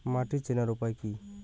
মাটি চেনার উপায় কি?